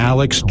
Alex